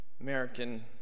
American